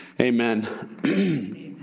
Amen